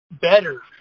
better